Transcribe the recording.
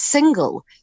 single